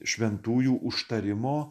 šventųjų užtarimo